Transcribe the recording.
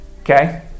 Okay